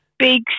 Big